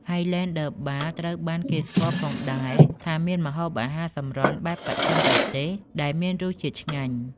ហាយឡែនឌឺ បារ (Highlander Bar) ត្រូវបានគេស្គាល់ផងដែរ ថាមានម្ហូបអាហារសម្រន់បែបបស្ចិមប្រទេសដែលមានរសជាតិឆ្ងាញ់។